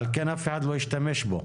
על כן אף אחד לא ישתמש בו.